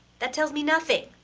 that tells me nothing!